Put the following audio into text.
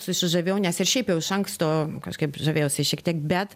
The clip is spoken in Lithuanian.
susižavėjau nes ir šiaip jau iš anksto kažkaip žavėjausi šiek tiek bet